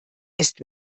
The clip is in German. ist